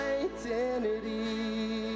identity